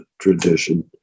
tradition